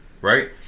right